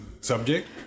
subject